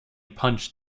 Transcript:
punched